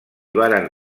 varen